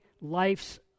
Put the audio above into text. life's